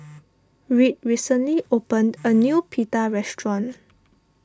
Reed recently opened a new Pita restaurant